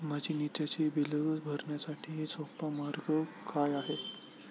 माझी नित्याची बिले भरण्यासाठी सोपा मार्ग काय आहे?